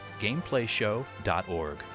gameplayshow.org